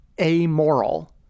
amoral